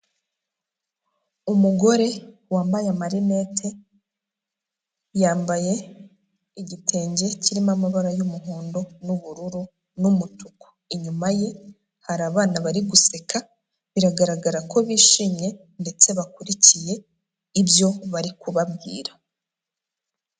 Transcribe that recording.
Umugore wambaye amarinete, yambaye igitenge kirimo amabara y'umuhondo n'ubururu n'umutuku, inyuma ye hari abana bari guseka biragaragara ko bishimye ndetse bakurikiye ibyo bari kubabwira.